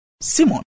Simon